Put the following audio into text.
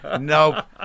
Nope